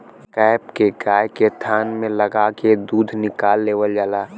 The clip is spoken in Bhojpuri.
कैप के गाय के थान में लगा के दूध निकाल लेवल जाला